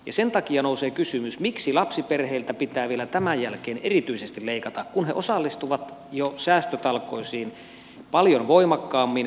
sen takia nousee kysymys miksi lapsiperheiltä pitää vielä tämän jälkeen erityisesti leikata kun he osallistuvat jo säästötalkoisiin paljon voimakkaammin kuin muut taloudet